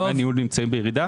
דמי הניהול נמצאים בירידה.